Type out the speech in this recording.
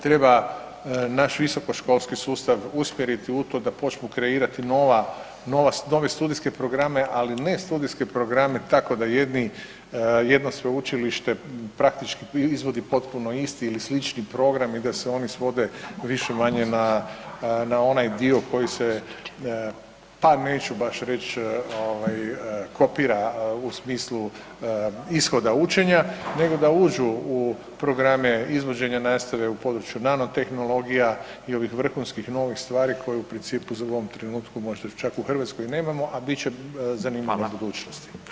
Treba naš visokoškolski sustav usmjeriti u to da počnu kreirati nove studijske programe, ali ne studijske programe tako da jedni jedno sveučilište izvodi potpuno isti ili slični program i da se oni svode više-manje na onaj dio koji se pa neću baš reć kopira u smislu ishoda učenja, nego da uđu u programe izvođenja nastave u području nano tehnologija i ovih vrhunskih novih stvari koje u principu možda čak u Hrvatskoj nemamo, a bit će zanimljivi u budućnosti.